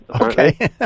okay